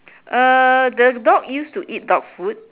uh the dog used to eat dog food